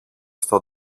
στο